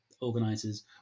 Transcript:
organizers